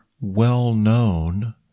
well-known